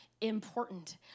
important